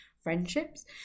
friendships